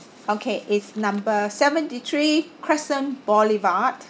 okay it's number seventy three crescent boulevard